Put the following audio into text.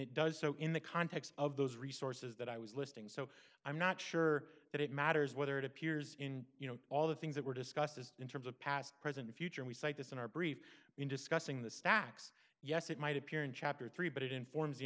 it does so in the context of those resources that i was listing so i'm not sure that it matters whether it appears in you know all the things that were discussed as in terms of past present or future we cite this in our brief in discussing the stacks yes it might appear in chapter three but it informs the